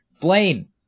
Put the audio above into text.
Blaine